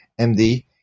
MD